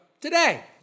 today